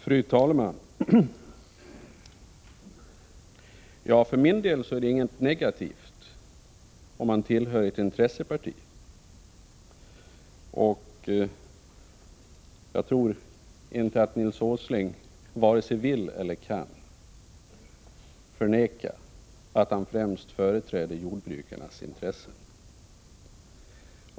Fru talman! För min del är det inget negativt om man tillhör ett intresseparti. Jag tror inte att Nils Åsling vare sig vill eller kan förneka att han främst företräder jordbrukarnas intressen.